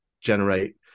generate